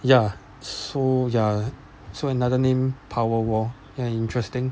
ya so ya so another name power wall and interesting